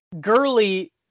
Gurley